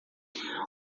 uma